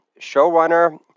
showrunner